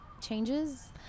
changes